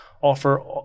offer